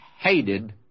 hated